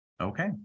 Okay